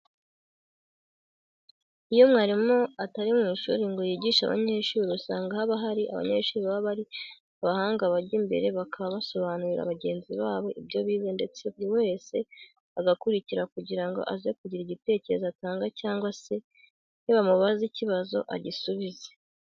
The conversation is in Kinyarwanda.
Iyo umwarimu atari mu ishuri ngo yigishe abanyeshuri usanga haba hari abanyeshuri baba ari abahanga bajya imbere bakaba basobanurira bagenzi babo ibyo bize ndetse buri wese agakurikira kugira ngo aze kugira igitekerezo atanga cyangwa se nibamubaza ikibazo agisubize.